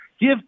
Give